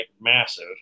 massive